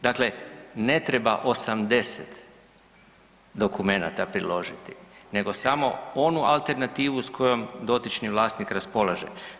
Dakle, ne treba 80 dokumenata priložiti nego samo onu alternativu s kojom dotični vlasnik raspolaže.